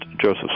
Joseph